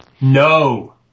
No